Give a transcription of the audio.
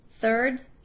Third